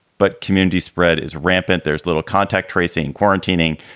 but community spread is rampant. there's little contact tracing, quarantining,